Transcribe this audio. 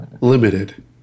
limited